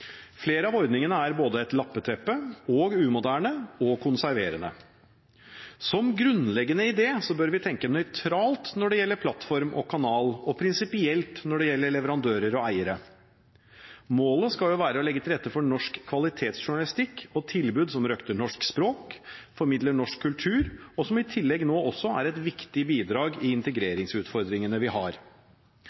Flere av ordningene er både et lappeteppe og umoderne og konserverende. Som grunnleggende idé bør vi tenke nøytralt når det gjelder plattform og kanal, og prinsipielt når det gjelder leverandører og eiere. Målet skal være å legge til rette for norsk kvalitetsjournalistikk og tilbud som røkter norsk språk, formidler norsk kultur, og som i tillegg også er et viktig bidrag i de integreringsutfordringene vi har.